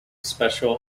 special